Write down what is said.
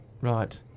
Right